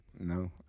no